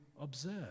observe